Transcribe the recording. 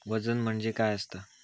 वजन म्हणजे काय असता?